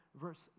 verse